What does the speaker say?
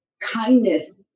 kindness